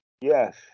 Yes